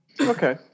Okay